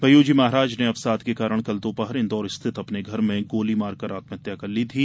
भय्यू जी महाराज ने अवसाद के कारण कल दोपहर इन्दौर स्थित अपने घर पर गोली मारकर आत्महत्या कर ली थी